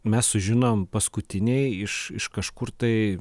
mes sužinom paskutiniai iš iš kažkur tai